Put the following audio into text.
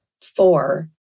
Four